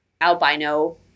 albino